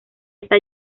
está